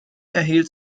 erhielt